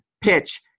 PITCH